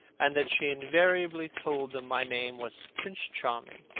and that she invariably told them my name was prince charming.